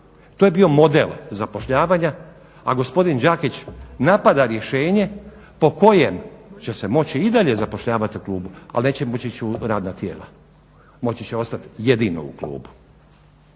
To je bio model zapošljavanja, a gospodin Đakić napada rješenje po kojem će se moći i dalje zapošljavati u klubu, ali neće moći ići u radna tijela, moći će ostati jedino u klubu.